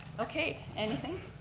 okay, anything?